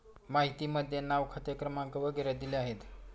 माहितीमध्ये नाव खाते क्रमांक वगैरे दिले आहेत